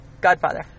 godfather